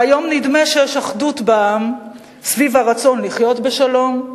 והיום נדמה שיש אחדות בעם סביב הרצון לחיות בשלום,